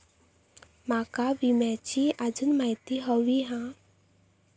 माका विम्याची आजून माहिती व्हयी हा?